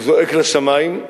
זועק לשמים.